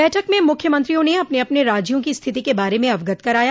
बैठक में मुख्यमंत्रियों ने अपने अपने राज्यों की स्थिति के बारे में अवगत कराया